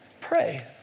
Pray